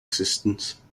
existence